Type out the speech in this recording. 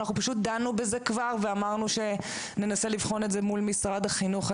אנחנו פשוט דנו בזה כבר ואמרנו שננסה לבחון את זה מול משרד החינוך.